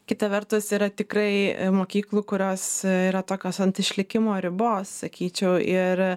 kita vertus yra tikrai mokyklų kurios yra tokios ant išlikimo ribos sakyčiau ir